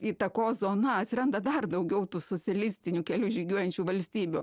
įtakos zona atsiranda dar daugiau tų socialistinių keliu žygiuojančių valstybių